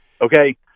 okay